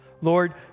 Lord